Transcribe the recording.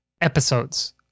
episodes